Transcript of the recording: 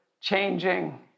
changing